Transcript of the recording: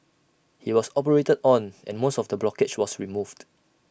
he was operated on and most of the blockage was removed